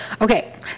Okay